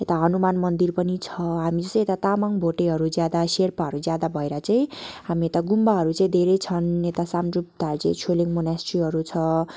यता हनुमान मन्दिर पनि छ हामी जस्तै यता तामङ भोटेहरू ज्यादा शेर्पाहरू ज्यादा भएर चाहिँ हामी यता गुम्बाहरू चाहिँ धेरै छन् यता सानड्रुपधाजे छोइलिङ मोनास्ट्रीहरू छ